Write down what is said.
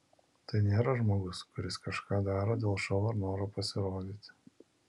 tai nėra žmogus kuris kažką daro dėl šou ar noro pasirodyti